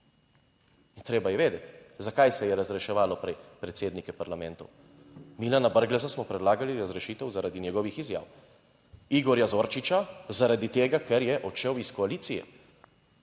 In treba je vedeti zakaj se je razreševalo prej predsednike parlamentov. Milana Brgleza smo predlagali razrešitev zaradi njegovih izjav; Igorja Zorčiča zaradi tega, ker je odšel iz koalicije.